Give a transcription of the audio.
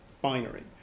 binary